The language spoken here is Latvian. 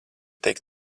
teikt